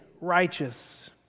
righteous